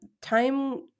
time